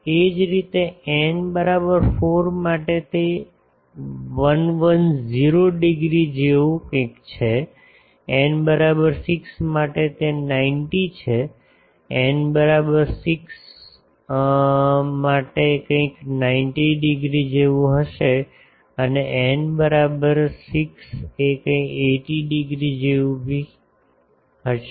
એ જ રીતે n બરાબર 4 માટે તે 110 ડિગ્રી જેવું કંઈક છે n બરાબર 6 માટે તે 90 છે n બરાબર 6 કંઈક 90 ડિગ્રી જેવી હશે અને n બરાબર 6 કંઈક 80 ડિગ્રી જેવી હશે